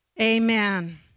Amen